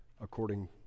according